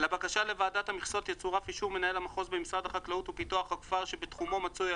ובנוסף לכך,